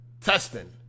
testing